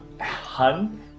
Hun